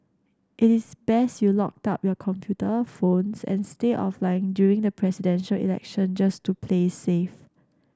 it is best you locked up your computer phones and stay offline during the Presidential Election just to play safe